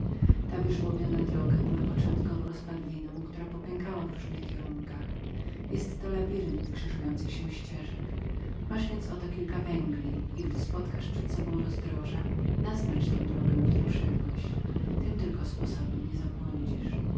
ta wyżłobiona droga była tylko w początkach rozpadliną która popękała w różnych kierunkach jestto labirynt krzyżujących się ścieżek masz więc oto kilka węgli i gdy spotkasz przed sobą rozdroża naznacz tę drogę którą szedłeś tym tylko sposobem nie zabłądzisz